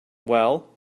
well